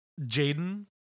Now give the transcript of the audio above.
Jaden